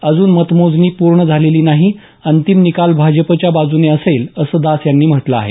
अजून मतमोजणी पूर्ण झालेली नाही अंतिम निकाल भाजपच्या बाजूले असेल असं दास यांनी म्हटलं आहे